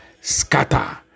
Scatter